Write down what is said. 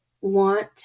want